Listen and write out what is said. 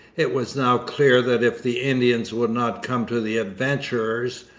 it was now clear that if the indians would not come to the adventurers,